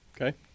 Okay